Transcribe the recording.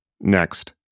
Next